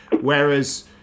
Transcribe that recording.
Whereas